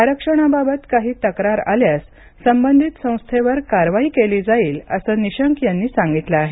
आरक्षणाबाबत काही तक्रार आल्यास संबंधित संस्थेवर कारवाई केली जाईल असं निशंक यांनी सांगितलं आहे